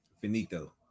finito